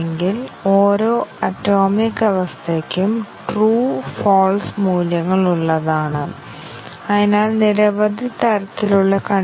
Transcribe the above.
കോഡിന്റെ ഘടന പരിശോധിച്ച് ടെസ്റ്റ് കേസുകൾ വികസിപ്പിച്ചതിനാൽ ഇവയെ ഘടനാപരമായ പരിശോധന എന്ന് വിളിക്കുന്നു